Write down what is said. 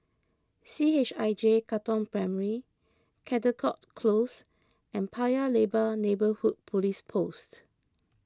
C H I J Katong Primary Caldecott Close and Paya Lebar Neighbourhood Police Post